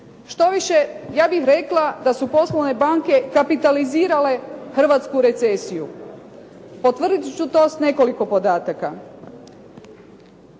Štoviše ja bih rekla da su poslovne banke kapitalizirale hrvatsku recesiju. Potvrditi ću to sa nekoliko podataka.